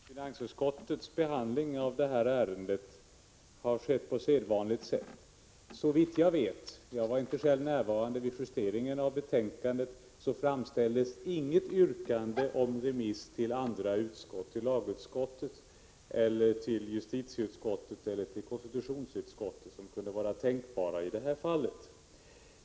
Herr talman! Jag vill bara till Karin Ahrland säga att finansutskottets behandling av detta ärende har skett på sedvanligt sätt. Såvitt jag vet — jag var själv inte närvarande vid justeringen av betänkandet.- framställdes inget yrkande om remiss till annat utskott, varken lagutskottet, justitieutskottet eller konstitutionsutskottet, som kunde vara tänkbara i detta fall.